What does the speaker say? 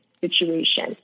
situation